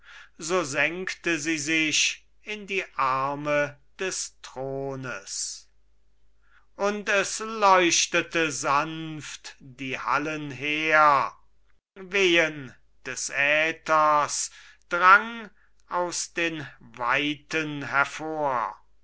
so senkte sie sich in die arme des thrones und es leuchtete sanft die hallen her wehen des äthers drang aus den weiten hervor